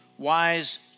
wise